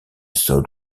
sol